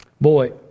Boy